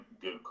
good